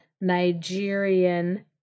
Nigerian